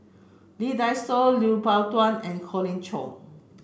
Lee Dai Soh Lui Pao Chuen and Colin Cheong